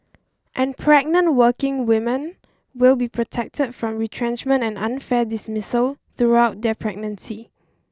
and pregnant working women will be protected from retrenchment and unfair dismissal throughout their pregnancy